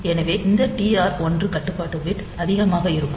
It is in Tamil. எனவே இந்த டிஆர் 1 கட்டுப்பாட்டு பிட் அதிகமாக இருக்கும்